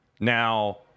Now